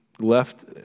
left